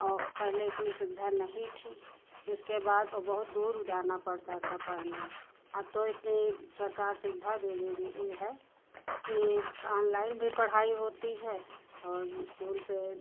और पहले इतनी सुविधा नहीं थी उसके बाद बहुत दूर जाना पड़ता था पढ़ने अब तो इतनी सरकार सुविधा दे रही है कि ऑनलाइन भी पढ़ाई होती है और स्कूल से